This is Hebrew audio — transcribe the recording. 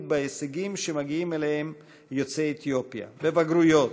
בהישגים שמגיעים אליהם יוצאי אתיופיה בבגרויות,